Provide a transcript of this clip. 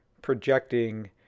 projecting